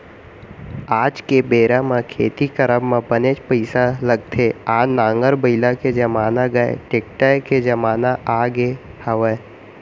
आज के बेरा म खेती करब म बनेच पइसा लगथे आज नांगर बइला के जमाना गय टेक्टर के जमाना आगे हवय